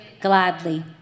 gladly